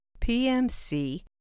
PMC